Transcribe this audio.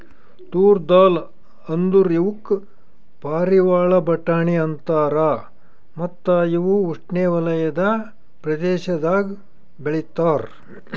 ತೂರ್ ದಾಲ್ ಅಂದುರ್ ಇವುಕ್ ಪಾರಿವಾಳ ಬಟಾಣಿ ಅಂತಾರ ಮತ್ತ ಇವು ಉಷ್ಣೆವಲಯದ ಪ್ರದೇಶದಾಗ್ ಬೆ ಳಿತಾರ್